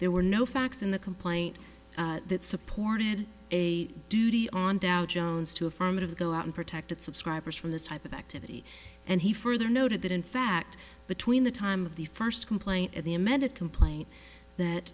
there were no facts in the complaint that supported a duty on dow jones to affirmative go out and protect its subscribers from this type of activity and he further noted that in fact between the time of the first complaint and the amended complain